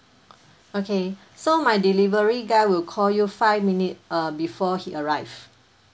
okay so my delivery guy will call you five minute uh before he arrive